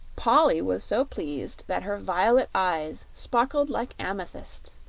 polly was so pleased that her violet eyes sparkled like amethysts,